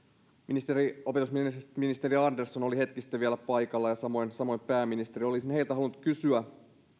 opetusministeri andersson oli hetki sitten vielä paikalla samoin samoin pääministeri olisin heiltä halunnut kysyä